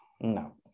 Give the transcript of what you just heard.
no